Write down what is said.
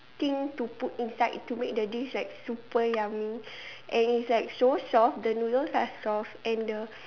thing to put inside to make the dish like super yummy and is like so soft the noodles are soft and the